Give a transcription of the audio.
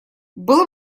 было